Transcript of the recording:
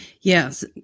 Yes